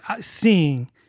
seeing